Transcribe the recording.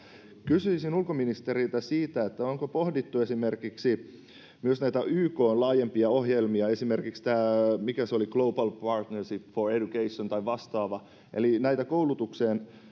kysyisin ulkoministeriltä onko pohdittu esimerkiksi myös näitä ykn laajempia ohjelmia esimerkiksi tätä mikä se oli global partnership for education tai vastaava eli näitä koulutukseen